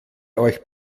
euch